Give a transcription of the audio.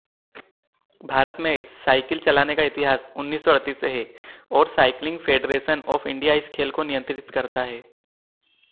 भारत में साइकिल चलाने का इतिहास उन्नीस सौ अड़तीस से है और साइक्लिंग फेडरेसन ऑफ इंडिया इस खेल को नियंत्रित करता है